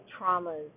traumas